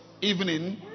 evening